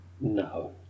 No